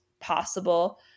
possible